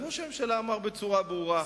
אז ראש הממשלה אמר בצורה ברורה,